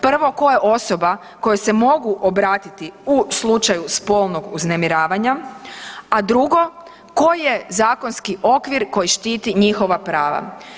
Prvo tko je osoba kojoj se mogu obratiti u slučaju spolnog uznemiravanja, a drugo koji je zakonski okvir koji štiti njihova prava.